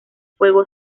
fuego